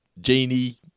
Genie